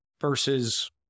versus